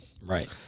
right